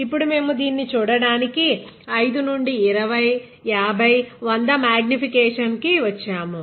ఇప్పుడు మేము దీనిని చూడడానికి 5 X 20 X 50 X 100 X magnification నుండి వచ్చాము